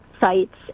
sites